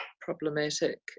problematic